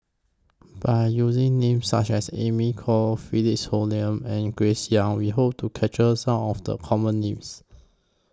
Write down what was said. By using Names such as Amy Khor Philip Hoalim and Grace Young We Hope to capture Some of The Common Names